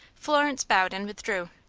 florence bowed and withdrew.